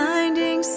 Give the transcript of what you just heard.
Finding